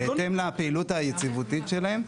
בהתאם לפעילות היציבותית שלהם.